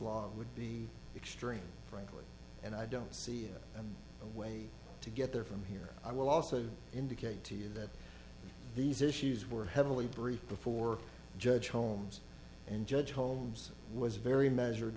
law would be extreme frankly and i don't see a way to get there from here i will also indicate to you that these issues were heavily briefed before judge holmes and judge holmes was very measured